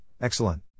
Excellent